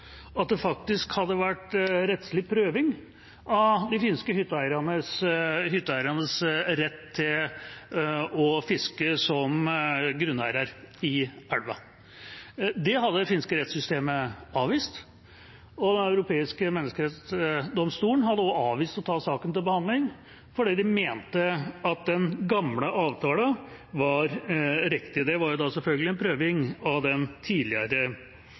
at det faktisk hadde vært rettslig prøving av de finske hytteeiernes rett til å fiske som grunneiere i elva. Det hadde det finske rettssystemet avvist, og Den europeiske menneskerettsdomstol hadde også avvist å ta saken til behandling, fordi de mente at den gamle avtalen var riktig. Det var da selvfølgelig en prøving av den tidligere